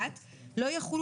לא תהיה.